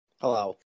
Hello